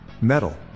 Metal